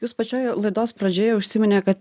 jūs pačioj laidos pradžioje užsiminė kad